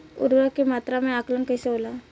उर्वरक के मात्रा में आकलन कईसे होला?